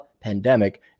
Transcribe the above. pandemic